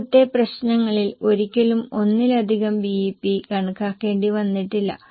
മുമ്പത്തെ പ്രശ്നങ്ങളിൽ ഒരിക്കലും ഒന്നിലധികം BEP കണക്കാക്കേണ്ടി വന്നിട്ടില്ല